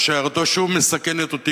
ושיירתו שוב מסכנת אותי,